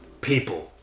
people